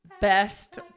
best